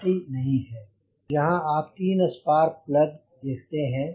और यहाँ आप 3 स्पार्क प्लग्स देखते हैं